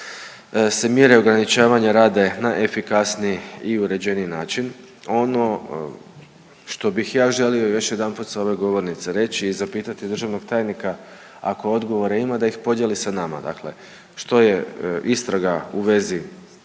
se mjere ograničavanja rade na efikasniji i uređeniji način. Ono što bih ja želio još jedanput s ove govornice reći i zapitati državnog tajnika, ako odgovore ima da ih podijeli sa nama, dakle što je istraga u vezi